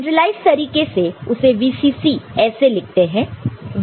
generalise तरीके से उसे VCC ऐसे लिखते हैं